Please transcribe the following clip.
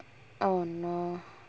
oh no